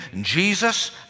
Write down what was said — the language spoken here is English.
Jesus